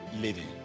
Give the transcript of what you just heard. living